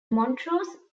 montrose